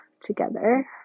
together